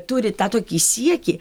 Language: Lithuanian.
turi tą tokį siekį